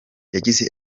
yagize